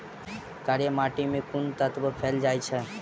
कार्य माटि मे केँ कुन तत्व पैल जाय छै?